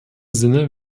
sinne